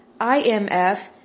IMF